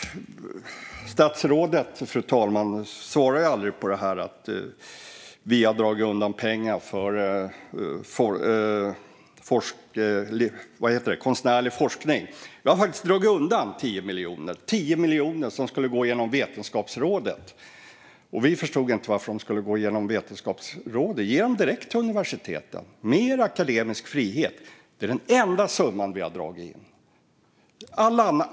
Fru talman! Statsrådet svarade aldrig på det här med att vi har dragit undan pengar för konstnärlig forskning. Vi har faktiskt dragit undan 10 miljoner som skulle gå genom Vetenskapsrådet. Vi förstod inte varför de skulle gå genom Vetenskapsrådet. Ge dem direkt till universiteten i stället! Då blir det mer akademisk frihet. Det är den enda summa vi har dragit in.